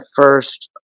first